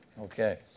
Okay